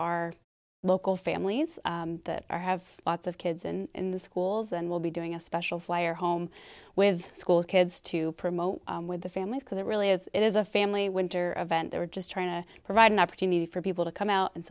our local families that are have lots of kids in the schools and we'll be doing a special flyer home with school kids to promote with the families because it really is it is a family winter a vent they were just trying to provide an opportunity for people to come out and